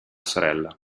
sorella